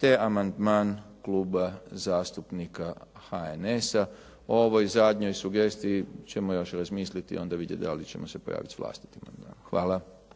te amandman Kluba zastupnika HNS-a. O ovoj zadnjoj sugestiji ćemo još razmisliti, onda vidjeti da li ćemo se pojaviti s vlastitim